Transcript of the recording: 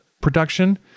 production